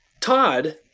Todd